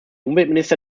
umweltminister